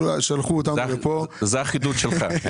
זה החידוד שלך.